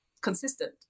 consistent